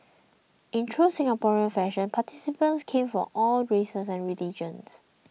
in true Singaporean fashion participants came from all races and religions